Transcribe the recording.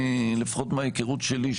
לפחות מההיכרות שלי,